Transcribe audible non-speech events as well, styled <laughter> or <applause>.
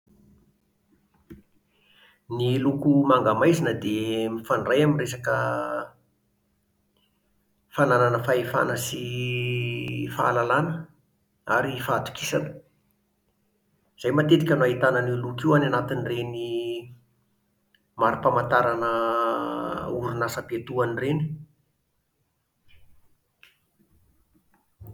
Ny loko manga maizina dia <hesitation> mifandray amin'ny resaka <hesitation> fananana fahefana sy <hesitation> fahalalana ary fahatokisana. Izay matetika no ahitana an'io loko io any anatin'ireny <hesitation> maripamantarana <hesitation> orinasam-piantohana ireny